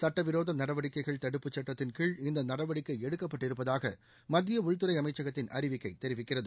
சட்டவிரோத நடவடிக்கைகள் தடுப்புச் சட்டத்தின்கீழ் இந்த நடவடிக்கை எடுக்கப்பட்டிருப்பதாக மத்திய உள்துறை அமைச்சகத்தின் அறிவிக்கை தெரிவிக்கிறது